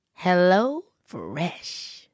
HelloFresh